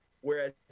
Whereas